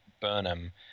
Burnham